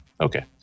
Okay